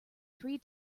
three